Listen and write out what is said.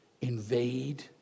invade